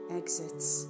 exits